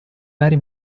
vari